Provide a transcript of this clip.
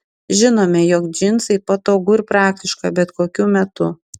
žinome jog džinsai patogu ir praktiška bet kokiu metu